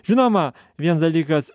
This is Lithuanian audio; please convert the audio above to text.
žinoma vienas dalykas